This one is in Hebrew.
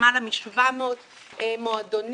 למעלה מ-700 מועדונים,